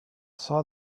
saw